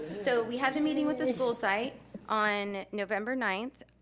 so we had the meeting with the school site on november ninth.